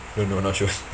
no no not sure